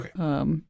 Okay